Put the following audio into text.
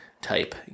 type